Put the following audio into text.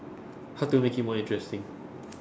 how to make it more interesting